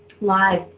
live